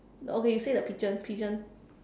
okay you say the pigeon pigeon